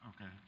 Okay